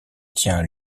tient